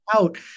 out